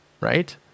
right